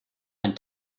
ein